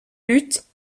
lutte